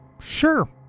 Sure